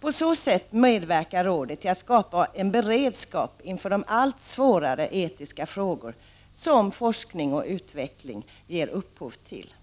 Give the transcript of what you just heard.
På så sätt medverkar rådet till att skapa en beredskap inför de allt svårare etiska frågor som forskning och utveckling ger upphov till.